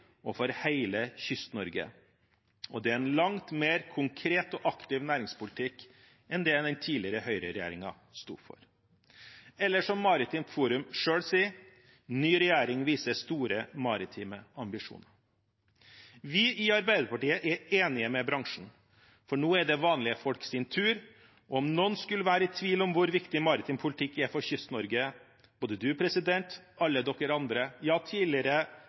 og for hele Kyst-Norge. Det er en langt mer konkret og aktiv næringspolitikk enn det den tidligere høyreregjeringen sto for. Eller som Maritimt Forum selv sier: «Ny regjering viser store maritime ambisjoner». Vi i Arbeiderpartiet er enige med bransjen, for nå er det vanlige folks tur. Om noen skulle være i tvil om hvor viktig maritim politikk er for Kyst-Norge, så er både presidenten og alle dere andre, ja, til og med tidligere